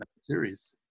series